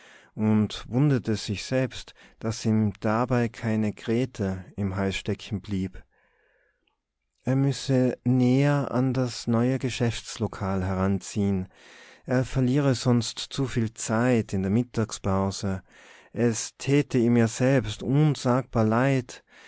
und wunderte sich selbst daß ihm dabei keine gräte im hals steckenblieb er müsse näher an das neue geschäftslokal heranziehen er verliere sonst zu viel zeit in der mittagspause es täte ihm ja selbst unsagbar leid